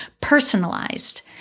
personalized